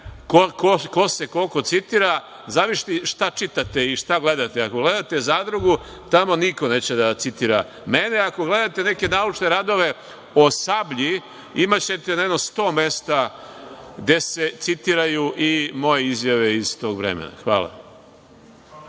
ko se koliko citira, zavisi šta čitate i šta gledate, ako gledate „Zadrugu“ tamo niko neće da citira mene, a ako gledate neke naučne radove o „Sablji“ imaćete na jedno 100 mesta gde se citiraju i moje izjave iz tog vremena. Hvala.